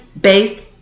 based